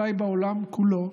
אולי בעולם כולו,